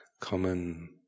common